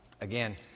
Again